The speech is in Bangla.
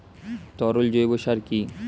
তরল জৈব সার কি?